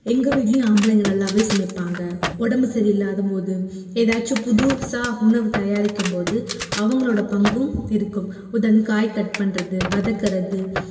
எங்கள் வீட்லேயும் ஆம்பளைங்க நல்லாவே சமைப்பாங்க உடம்பு சரி இல்லாத போது எதாச்சும் புதுசாக உணவு தயாரிக்கும் போது அவங்களோடய பங்கும் இருக்கும் உதாரணத்துக்கு காய் கட் பண்றது வதக்குகிறது